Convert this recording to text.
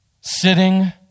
sitting